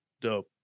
dope